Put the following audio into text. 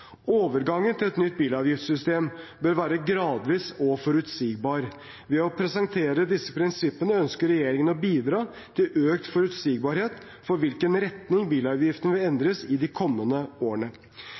Overgangen til et nytt bilavgiftssystem bør være gradvis og forutsigbar. Ved å presentere disse prinsippene ønsker regjeringen å bidra til økt forutsigbarhet for hvilken retning bilavgiftene vil